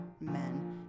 men